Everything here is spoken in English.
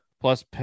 plus